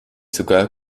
sogar